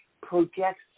projects